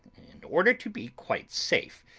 in order to be quite safe,